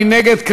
מי נגד?